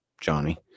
Johnny